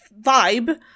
vibe